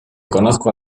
conozco